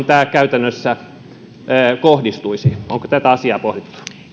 tämä käytännössä kohdistuisi ikäjakaumaa tai sukupuolijakaumaa onko tätä asiaa pohdittu